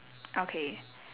okay